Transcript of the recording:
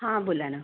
हां बोला ना